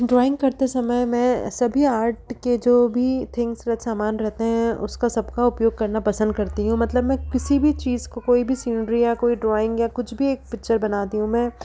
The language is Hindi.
ड्राइंग करते समय मैं सभी आर्ट के जो भी थिंग्स या सामान रहते हैं उसका सबका उपयोग करना पसंद करती हूँ मतलब मैं किसी भी चीज को कोई भी सीनरी या कोई ड्राइंग या कुछ भी एक पिक्चर बनाती हूँ मैं